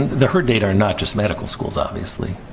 the herd data are not just medical schools, obviously.